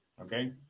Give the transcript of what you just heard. okay